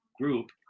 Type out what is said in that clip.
group